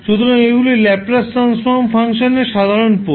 সুতরাং এগুলি Laplace transform ফাংশনের সাধারণ পোল